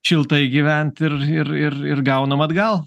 šiltai gyvent ir ir ir ir gaunam atgal